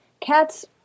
cats